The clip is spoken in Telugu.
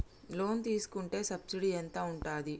లోన్ తీసుకుంటే సబ్సిడీ ఎంత ఉంటది?